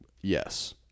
Yes